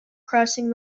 crossing